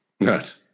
Right